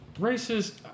Racist